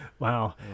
Wow